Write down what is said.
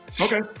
Okay